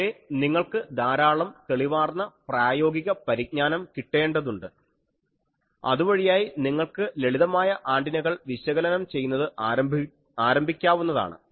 പക്ഷേ നിങ്ങൾക്ക് ധാരാളം തെളിവാർന്ന പ്രായോഗിക പരിജ്ഞാനം കിട്ടേണ്ടതുണ്ട് അതുവഴിയായി നിങ്ങൾക്ക് ലളിതമായ ആൻറിനകൾ വിശകലനം ചെയ്യുന്നത് ആരംഭിക്കാവുന്നതാണ്